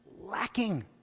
lacking